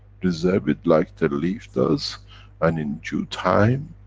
deserve it like the leaf does and in due time,